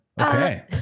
Okay